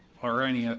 or anyone